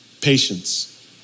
Patience